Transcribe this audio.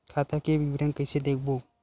खाता के विवरण कइसे देखबो?